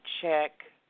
check